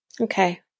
Okay